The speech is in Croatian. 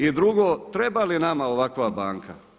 I drugo, treba li nama ovakva banka?